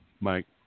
Mike